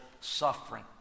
suffering